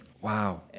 Wow